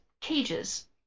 cages